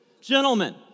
Gentlemen